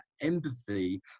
empathy